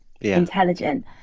intelligent